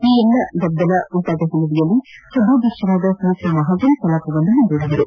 ಈ ಎಲ್ಲವುಗಳಿಂದ ಗದ್ದಲ ಉಂಟಾದ ಹಿನ್ನೆಲೆಯಲ್ಲಿ ಸಭಾಧ್ಯಕ್ಷೆ ಸುಮಿತ್ರಾ ಮಹಾಜನ್ ಕಲಾಪವನ್ನು ಮುಂದೂಡಿದರು